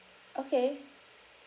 okay